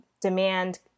demand